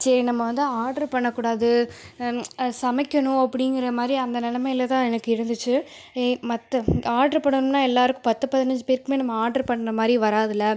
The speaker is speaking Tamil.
சரி நம்ம வந்து ஆர்டர் பண்ண கூடாது சமைக்கணும் அப்படிங்கிற மாதிரி அந்த நிலமையில தான் எனக்கு இருந்துச்சு மற்ற ஆர்டர் பண்ணனும்னால் எல்லாருக்கும் பத்து பதினஞ்சு பேருக்கும் நம்ம ஆர்டர் பண்கிற மாதிரி வராதுல்லை